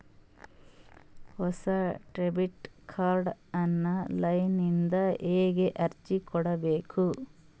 ಹೊಸ debit card online ದಿಂದ ಹೇಂಗ ಅರ್ಜಿ ಕೊಡಬೇಕು?